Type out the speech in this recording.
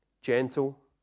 gentle